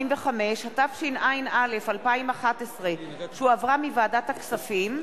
185), התשע"א 2011, שהחזירה ועדת הכספים,